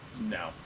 No